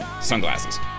sunglasses